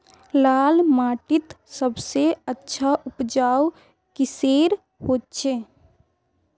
लाल माटित सबसे अच्छा उपजाऊ किसेर होचए?